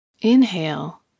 inhale